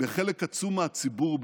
בחלק עצום מהציבור,